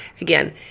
again